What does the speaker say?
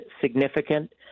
significant